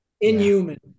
Inhuman